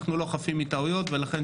אנחנו לא חפים מטעויות ולכן,